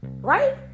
Right